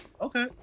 okay